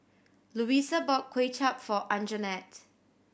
Luisa bought Kway Chap for Anjanette